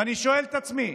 ואני שואל את עצמי: